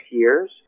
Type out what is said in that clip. years